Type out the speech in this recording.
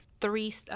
three